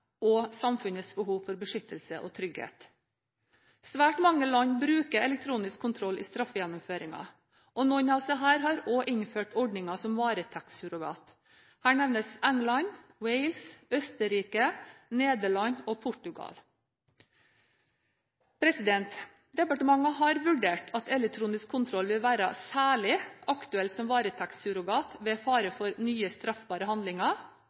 og samfunnets behov for beskyttelse og trygghet. Svært mange land bruker elektronisk kontroll i straffegjennomføringen. Noen av disse har også innført ordningen som varetektssurrogat. Her nevnes England, Wales, Østerrike, Nederland og Portugal. Departementet har vurdert at elektronisk kontroll vil være særlig aktuelt som varetektssurrogat ved fare for nye straffbare handlinger,